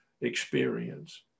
experience